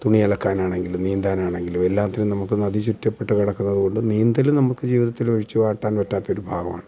തുണിയലക്കാനാണെങ്കിലും നീന്താനാണെങ്കിലും എല്ലാത്തിനും നമുക്ക് നദി ചുറ്റപ്പെട്ട് കിടക്കുന്നതുകൊണ്ട് നീന്തൽ നമുക്ക് ജീവിതത്തിലൊഴിച്ച് കൂടാൻ പറ്റാത്തൊരു ഭാഗമാണ്